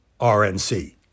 RNC